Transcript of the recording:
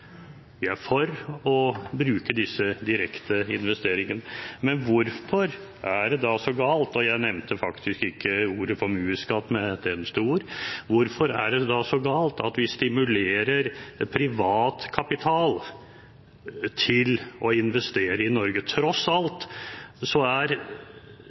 Vi er for å bruke disse direkte investeringene. Jeg nevnte faktisk ikke ordet «formuesskatt». Hvorfor er det så galt at vi stimulerer privat kapital til å investere i Norge? Tross alt er